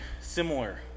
similar